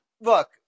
look